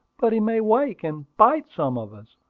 but he may wake, and bite some of us,